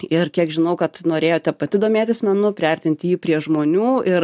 ir kiek žinau kad norėjote pati domėtis menu priartinti jį prie žmonių ir